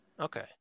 Okay